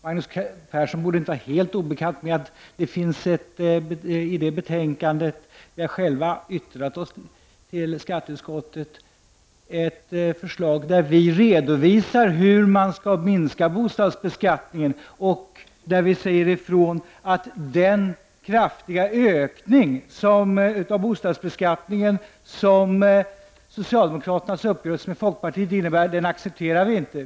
Magnus Persson borde inte vara helt obekant med att vi i det betänkandet själva har yttrat oss till skatteutskottet med ett förslag där vi redovisar hur man skall minska bostadsbeskattningen. Vi säger där också ifrån att vi inte accepterar den kraftiga ökning av bostadsbeskattningen som socialdemokraternas uppgörelse med folkpartiet medför.